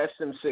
SM6